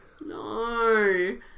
No